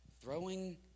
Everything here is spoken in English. Throwing